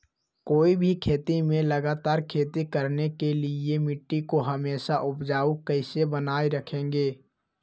कोई भी खेत में लगातार खेती करने के लिए मिट्टी को हमेसा उपजाऊ कैसे बनाय रखेंगे?